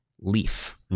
leaf